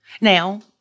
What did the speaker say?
Now